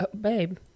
Babe